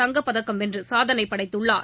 தங்கப் பதக்கம் வென்று சாதனை படைத்துள்ளார்